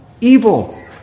Evil